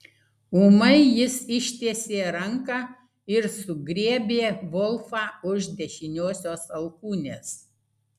ūmai jis ištiesė ranką ir sugriebė volfą už dešiniosios alkūnės